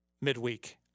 midweek